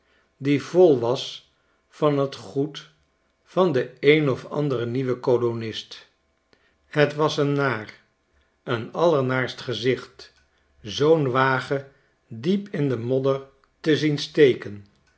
die vol was van t goed van den een of anderen nieuwen kolonist het was een naar een allernaarst gezicht zoo'n wagen diep in de modder te zien steken